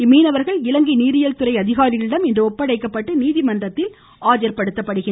இம்மீனவர்கள் இலங்கை நீரியல் துறை அதிகாரிகளிடம் இன்று ஒப்படைக்கப்பட்டு நீதிமன்றத்தில் ஆஜர்படுத்தப்படுகின்றனர்